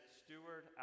steward